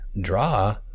draw